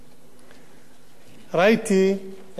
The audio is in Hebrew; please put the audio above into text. ראיתי את אמנון כשהוא הדריך אותנו